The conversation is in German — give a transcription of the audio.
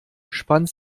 spannt